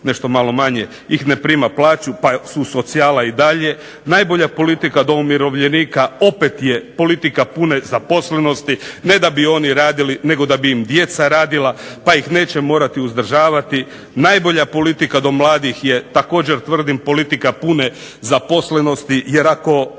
nešto malo manje, ih ne prima plaću pa su socijala i dalje. Najbolja politika do umirovljenika opet je politika pune zaposlenosti. Ne da bi oni radili nego da bi im djeca radila pa ih neće morati uzdržavati. Najbolja politika do mladih je također tvrdim politika pune zaposlenosti jer ako